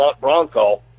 Bronco